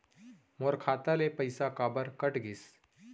मोर खाता ले पइसा काबर कट गिस?